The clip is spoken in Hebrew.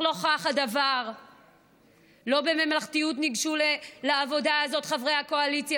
כאשר חוק הלאום מתכחש לזכויותיו של העם הפלסטיני להגדרה